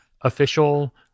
Official